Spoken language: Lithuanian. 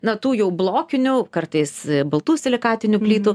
na tų jau blokinių kartais baltų silikatinių plytų